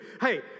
Hey